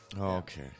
okay